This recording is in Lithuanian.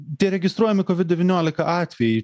tie registruojami kovid devyniolika atvejai